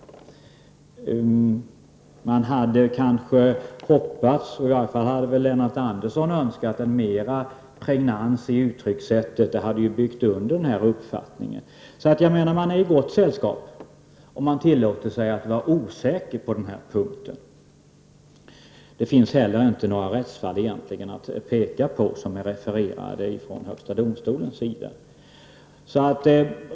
Man hade kanske hoppats —- i varje fall hade väl Lennart Andersson önskat — en större pregnans i uttryckssättet. Det hade byggt under den här uppfattningen. Så jag menar att man är i gott sällskap om man tillåter sig att vara osäker på denna punkt. Det finns heller inte några rättsfall att åberopa från högsta domstolen.